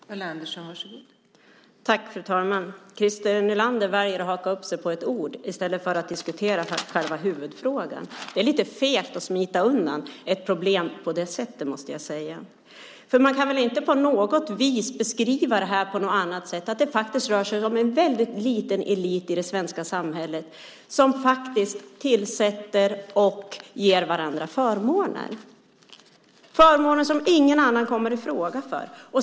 Fru talman! Christer Nylander väljer att haka upp sig på ett ord i stället för att diskutera själva huvudfrågan. Det är lite fegt att smita undan ett problem på det sättet; det måste jag säga. Man kan väl inte på något vis beskriva det här på annat sätt än att det faktiskt rör sig om en väldigt liten elit i det svenska samhället som tillsätter och ger varandra förmåner - förmåner för vilka ingen annan kommer i fråga.